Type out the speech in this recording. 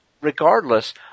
regardless